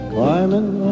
Climbing